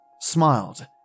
smiled